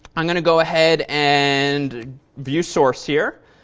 i'm going to go ahead and view source here.